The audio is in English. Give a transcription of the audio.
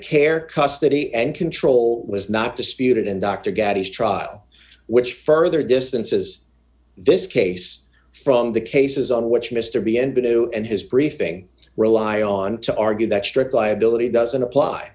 care custody and control was not disputed and dr gaddy is trial which further distances this case from the cases on which mr b and b do and his briefing rely on to argue that strict liability doesn't apply